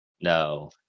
No